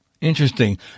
Interesting